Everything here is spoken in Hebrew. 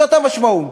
זאת המשמעות.